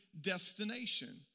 destination